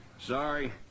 Sorry